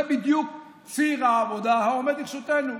זה בדיוק ציר העבודה העומד לרשותנו.